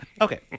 Okay